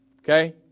okay